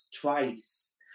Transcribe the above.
twice